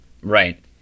Right